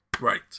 right